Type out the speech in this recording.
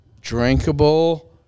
drinkable